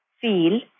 feel